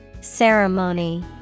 Ceremony